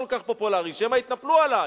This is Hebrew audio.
אני תמיד אוהב